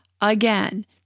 again